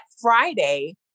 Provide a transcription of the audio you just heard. Friday